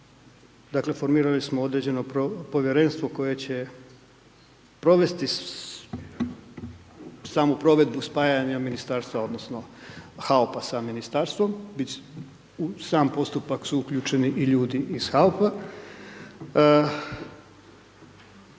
dakle formirali smo određeno povjerenstvo koje će provesti samu provedbu spajanja Ministarstva odnosno HAOP-a sa Ministarstvom, u sam postupak su uključeni i ljudi iz HAOP-a.